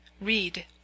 read